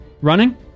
running